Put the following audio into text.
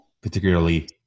particularly